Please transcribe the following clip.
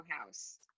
house